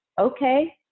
okay